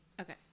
Okay